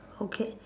okay